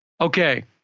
Okay